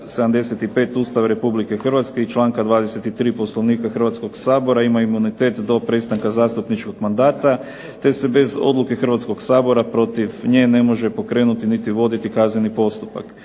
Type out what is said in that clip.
75. Ustava Republike Hrvatske i članka 23. Poslovnika Hrvatskog sabora ima imunitet do prestanka zastupničkog mandata, te se bez odluke Hrvatskog sabora protiv nje ne može voditi niti pokrenuti kazneni postupak.